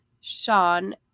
Sean